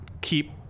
keep